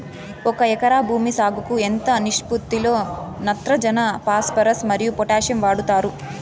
ఒక ఎకరా భూమి సాగుకు ఎంత నిష్పత్తి లో నత్రజని ఫాస్పరస్ మరియు పొటాషియం వాడుతారు